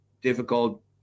difficult